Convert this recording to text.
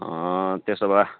त्यसो भए